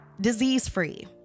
disease-free